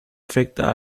afecta